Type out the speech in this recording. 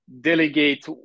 delegate